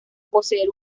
poseer